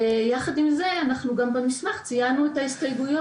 יחד עם זה, אנחנו גם במסמך ציינו את ההסתייגויות.